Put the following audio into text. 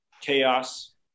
chaos